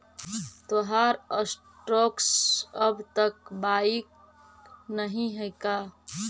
तोहार स्टॉक्स अब तक बाइक नही हैं का